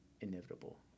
inevitable